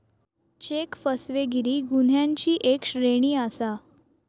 check फसवेगिरी गुन्ह्यांची एक श्रेणी आसा